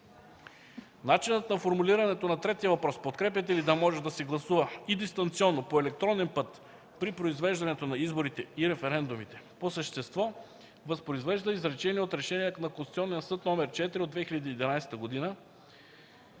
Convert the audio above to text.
Начинът на формулиране на третия въпрос: „Подкрепяте ли да може да се гласува и дистанционно по електронен път при произвеждането на изборите и референдумите?” по същество възпроизвежда изречение от Решение на Конституционния съд № 4 от 2011 г.,